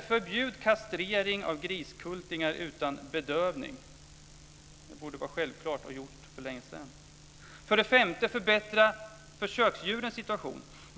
Förbjud kastrering av griskultingar utan bedövning! Det borde vara självklart och gjort för länge sedan. 5. Förbättra försöksdjurens situation!